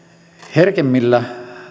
herkemmillä